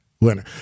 winner